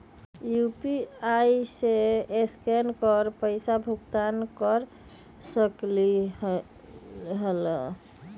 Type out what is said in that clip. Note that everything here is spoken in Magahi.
यू.पी.आई से स्केन कर पईसा भुगतान कर सकलीहल?